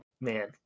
man